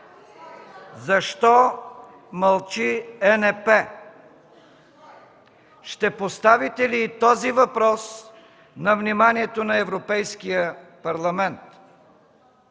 Защо мълчи ЕНП? Ще поставите ли и този въпрос на вниманието на Европейския парламент?